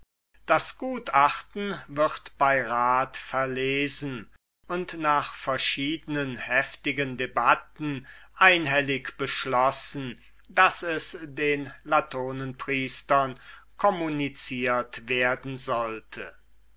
das gutachten wird bei rat verlesen und nach verschiednen heftigen debatten einhellig beschlossen daß es den latonenpriestern communiciert werden sollte